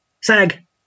SAG